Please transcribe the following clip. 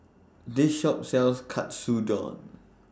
This Shop sells Katsudon